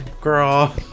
girl